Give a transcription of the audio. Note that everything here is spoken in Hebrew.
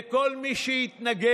וכל מי שהתנגד,